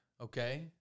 okay